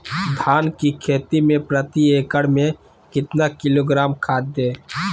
धान की खेती में प्रति एकड़ में कितना किलोग्राम खाद दे?